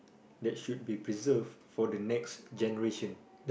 that should be preserved for the next generation